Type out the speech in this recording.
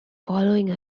following